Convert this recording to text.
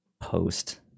Post